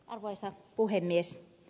arvoisa puhemies